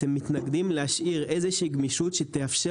אתם מתנגדים להשאיר איזושהי גמישות שתאפשר